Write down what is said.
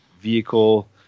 vehicle